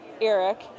Eric